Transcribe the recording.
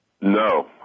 No